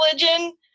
religion